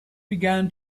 began